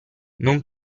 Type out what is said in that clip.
non